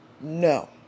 no